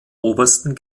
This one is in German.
obersten